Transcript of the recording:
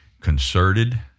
concerted